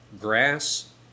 Grass